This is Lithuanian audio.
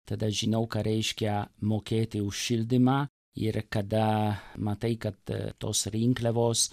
tad aš žinau ką reiškia mokėti už šildymą ir kada matai kad tos rinkliavos